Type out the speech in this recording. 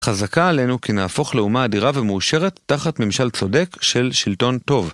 חזקה עלינו כי נהפוך לאומה אדירה ומאושרת תחת ממשל צודק של שלטון טוב.